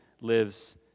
lives